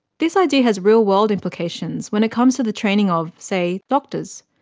this idea has real-world implications when it comes to the training of, say, doctors.